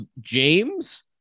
james